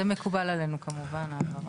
זה מקובל עלינו כמובן.